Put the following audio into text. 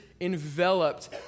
enveloped